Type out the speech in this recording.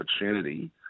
opportunity